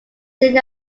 seen